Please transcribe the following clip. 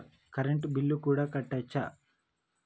Current bill కూడా కట్టొచ్చా?